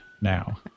now